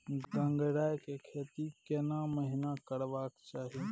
गंगराय के खेती केना महिना करबा के चाही?